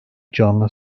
canlı